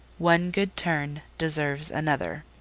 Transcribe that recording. one good turn deserves another.